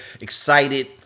Excited